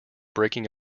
breaking